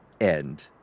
end